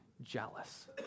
jealous